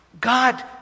God